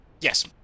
Yes